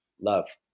Love